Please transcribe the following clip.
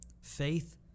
Faith